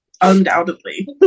undoubtedly